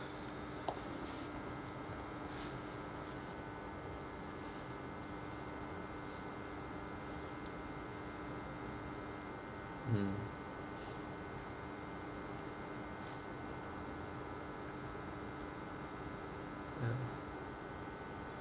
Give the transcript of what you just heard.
mm ya